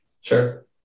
Sure